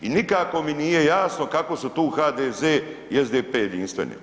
I nikako mi nije jasno kako su tu HDZ i SDP jedinstveni.